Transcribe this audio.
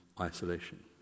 isolation